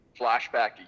flashback